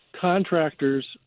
contractors